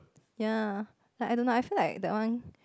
ya like I don't know I feel like that one